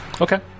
okay